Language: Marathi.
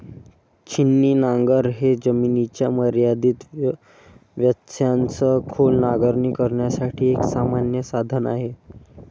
छिन्नी नांगर हे जमिनीच्या मर्यादित व्यत्ययासह खोल नांगरणी करण्यासाठी एक सामान्य साधन आहे